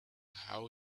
how